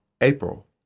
April